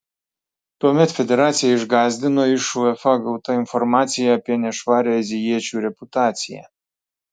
tuomet federaciją išgąsdino iš uefa gauta informacija apie nešvarią azijiečių reputaciją